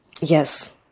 Yes